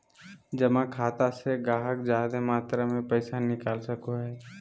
जमा खाता से गाहक जादे मात्रा मे पैसा निकाल सको हय